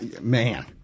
man